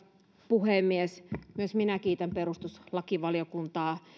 puhemies myös minä kiitän peruslakivaliokuntaa